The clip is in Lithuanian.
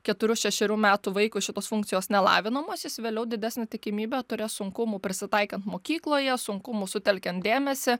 keturių šešerių metų vaikui šitos funkcijos nelavinamos jis vėliau didesnė tikimybė turės sunkumų prisitaikant mokykloje sunkumų sutelkiant dėmesį